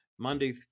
Monday